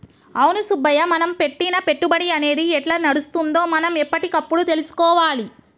అవును సుబ్బయ్య మనం పెట్టిన పెట్టుబడి అనేది ఎట్లా నడుస్తుందో మనం ఎప్పటికప్పుడు తెలుసుకోవాలి